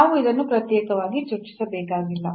ನಾವು ಇದನ್ನು ಪ್ರತ್ಯೇಕವಾಗಿ ಚರ್ಚಿಸಬೇಕಾಗಿಲ್ಲ